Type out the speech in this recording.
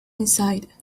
inside